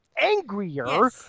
angrier